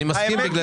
מאוד כסף בפריפריה.